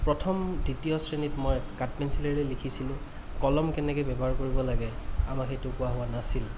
প্ৰথম দ্বিতীয় শ্ৰেণীত মই কাঠ পেঞ্চিলেৰে লিখিছিলোঁ কলম কেনেকৈ ব্য়ৱহাৰ কৰিব লাগে আমাক সেইটো কোৱা হোৱা নাছিল